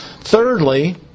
Thirdly